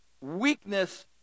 weakness